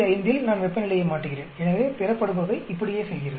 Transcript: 5 இல் நான் வெப்பநிலையை மாற்றுகிறேன் எனவே பெறப்படுபவை இப்படியே செல்கிறது